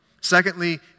Secondly